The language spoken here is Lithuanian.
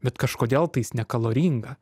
bet kažkodėl tais nekaloringa